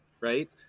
right